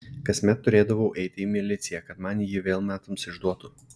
kasmet turėdavau eiti į miliciją kad man jį vėl metams išduotų